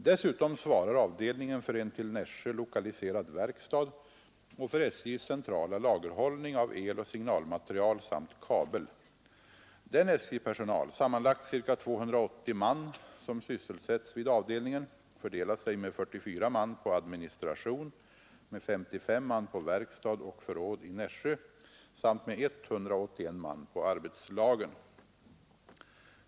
Dessutom svarar avdelningen för en till Nässjö lokaliserad verkstad och för SJ.s centrala lagerhållning av eloch signalmaterial samt kabel. Den SJ-personal — sammanlagt ca 280 man — som sysselsätts vid avdelningen fördelar sig med 44 man på administration, med 55 man på verkstad och förråd i Nässjö samt med 181 man på arbetslagen.